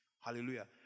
Hallelujah